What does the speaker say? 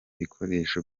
bikoresho